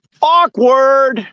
awkward